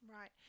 Right